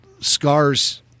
scars